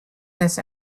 this